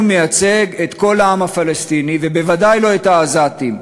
מייצג את כל העם הפלסטיני ובוודאי לא את העזתים.